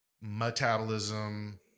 Metabolism –